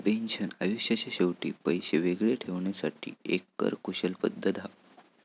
pension आयुष्याच्या शेवटी पैशे वेगळे ठेवण्यासाठी एक कर कुशल पद्धत हा